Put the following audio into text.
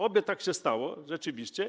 Oby tak się stało rzeczywiście.